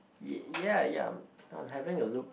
ya ya having a look